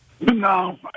No